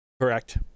Correct